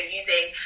using